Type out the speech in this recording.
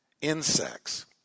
insects